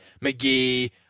McGee